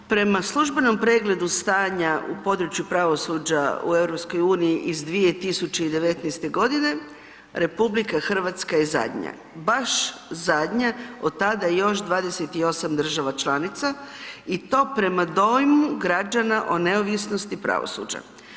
Prema službenom pregledu stanja u području pravosuđa u EU-u iz 2019. g., RH je zadnja, baš zadnja, od tada još 28 država članica i to prema dojmu građana o neovisnosti pravosuđa.